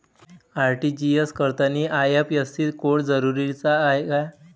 RTGS करतांनी IFSC code जरुरीचा हाय का?